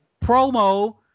promo